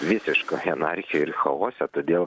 visiškoj anarchijoj ir chaose todėl